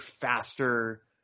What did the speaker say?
faster